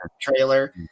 trailer